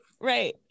Right